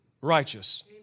righteous